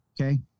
Okay